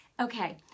Okay